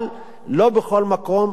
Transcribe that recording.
אבל לא בכל מקום,